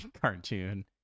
cartoon